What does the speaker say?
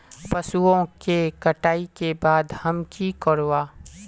पशुओं के कटाई के बाद हम की करवा?